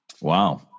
Wow